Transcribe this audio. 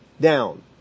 down